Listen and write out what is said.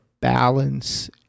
balance